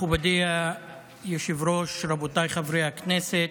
מכובדי היושב-ראש, רבותיי חברי הכנסת,